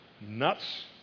nuts